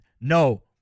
No